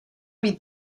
být